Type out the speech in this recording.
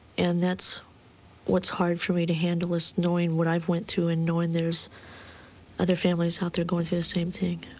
and that's what's hard for me to handle, is knowing what i've went through, and knowing there's other families out there going through this same thing,